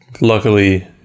Luckily